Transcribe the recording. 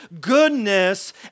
goodness